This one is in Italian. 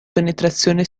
penetrazione